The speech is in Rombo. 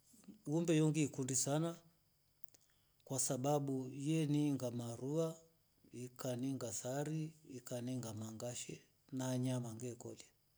Umbe ndo ngiikundi sana kwa sababu feninga marua yeninga saari ikaninga na ngasho na nyama ngekola.